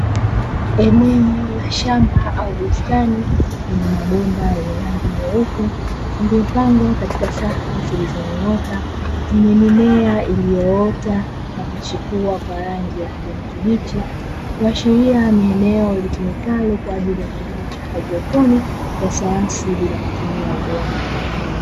Eneo la shamba au bustani lenye mabomba yenye rangi nyeupe yaliyopangwa katika safu zilizonyooka, zenye mimea iliyoota na kuchipua kwa rangi ya kijani kibichi, kuashiria ni eneo litumikalo kwa ajili ya kilimo cha haidroponi ya sayansi bila kutumia udongo.